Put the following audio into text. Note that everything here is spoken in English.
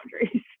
boundaries